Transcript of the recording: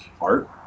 art